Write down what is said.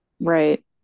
Right